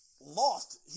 lost